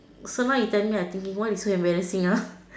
from what you tell me I thinking what so embarrassing ah